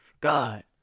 God